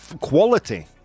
quality